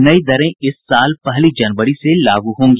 नई दरें इस साल पहली जनवरी से लागू होंगी